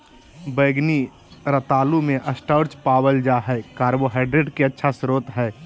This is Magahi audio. बैंगनी रतालू मे स्टार्च पावल जा हय कार्बोहाइड्रेट के अच्छा स्रोत हय